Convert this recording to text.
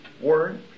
word